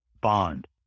bond